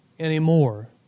Anymore